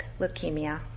leukemia